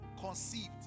conceived